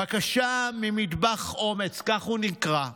בקשה ממטבח אומץ, כך הוא נקרא,